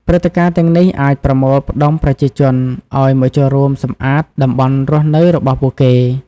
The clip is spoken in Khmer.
ព្រឹត្តិការណ៍ទាំងនេះ អាចប្រមូលផ្តុំប្រជាជនឲ្យមកចូលរួមសម្អាតតំបន់រស់នៅរបស់ពួកគេ។